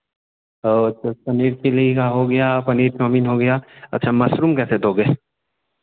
और अच्छा पनीर चिल्ली का हो गया पनीर चाउमीन हो गया अच्छा मशरूम कैसे दोगे